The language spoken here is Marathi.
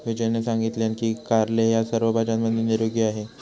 विजयने सांगितलान की कारले ह्या सर्व भाज्यांमध्ये निरोगी आहे